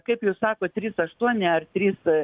kaip jūs sakot trys aštuoni ar trys